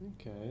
Okay